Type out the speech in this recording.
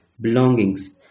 belongings